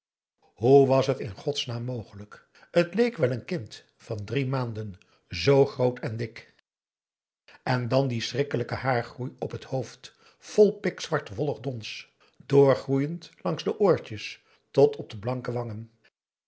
hoe was het in godsnaam mogelijk t leek wel een kind van drie maanden zoo groot en dik en dan die schrikkelijke haargroei op het hoofd vol pikzwart wollig dons doorgroeiend langs de oortjes tot op de blanke wangen